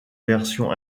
versions